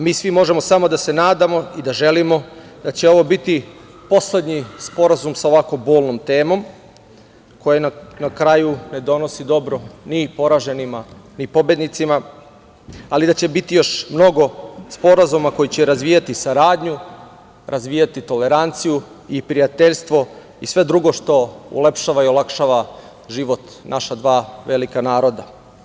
Mi svi možemo samo da se nadamo i da želimo da će ovo biti poslednji sporazum sa ovako bolnom temom, koja na kraju ne donosi dobro ni poraženima, ni pobednicima, ali da će biti još mnogo sporazuma koji će razvijati saradnju, razvijati toleranciju i prijateljstvo i sve drugo što ulepšava i olakšava život naša dva velika naroda.